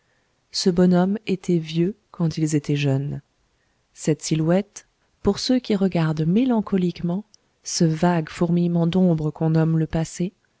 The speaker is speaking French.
ce bonhomme était vieux quand ils étaient jeunes cette silhouette pour ceux qui regardent mélancoliquement ce vague fourmillement d'ombres qu'on nomme le passé